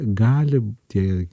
gali tie